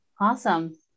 Awesome